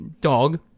dog